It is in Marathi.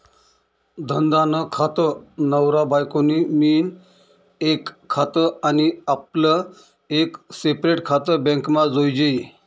धंदा नं खातं, नवरा बायको नं मियीन एक खातं आनी आपलं एक सेपरेट खातं बॅकमा जोयजे